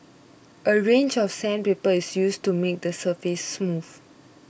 a range of sandpaper is used to make the surface smooth